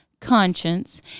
conscience